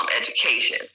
education